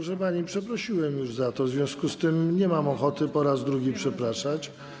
Proszę pani, przeprosiłem już za to, w związku z tym nie mam ochoty po raz drugi przepraszać.